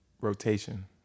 rotation